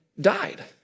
died